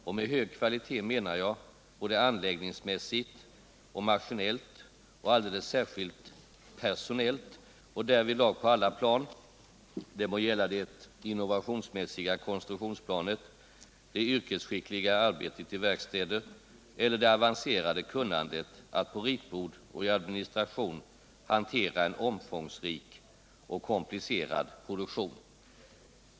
De har hög kvalitet både anläggningsmässigt och maskinellt och alldeles särskilt personellt och de har det på alla plan — det må gälla det innovationsmässiga konstruktionsplanet, det yrkesskickliga arbetet i verkstäder eller det avancerade kunnandet när det gäller att på ritbord och i administration hantera en omfångsrik och komplicerad produktion.